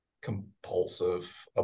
compulsive